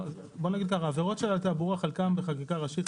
העבירות של התעבורה חלקן בחקיקה ראשית,